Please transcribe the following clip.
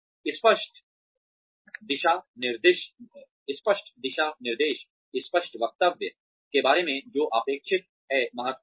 स्पष्ट दिशा निर्देश स्पष्ट वक्तव्य के बारे में जो अपेक्षित है महत्वपूर्ण हैं